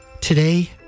Today